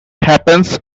happens